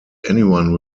anyone